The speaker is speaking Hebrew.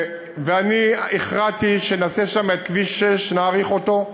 אני הכרעתי שנעשה שם את כביש 6, נאריך אותו.